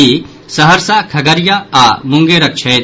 ई सहरसा खगड़िया आओर मुंगेरक छथि